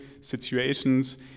situations